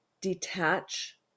detach